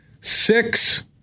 Six